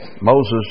Moses